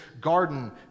garden